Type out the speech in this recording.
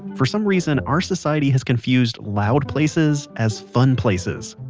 for some reason our society has confused loud places as fun places.